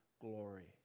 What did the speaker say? glory